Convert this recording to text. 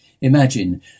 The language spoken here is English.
Imagine